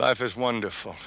life is wonderful